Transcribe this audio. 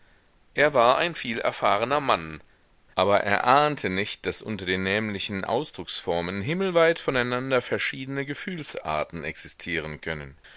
er war ein vielerfahrener mann aber er ahnte nicht daß unter den nämlichen ausdrucksformen himmelweit voneinander verschiedene gefühlsarten existieren können